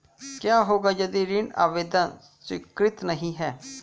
क्या होगा यदि ऋण आवेदन स्वीकृत नहीं है?